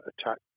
attack